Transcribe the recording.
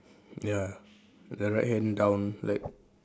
ya the right hand down like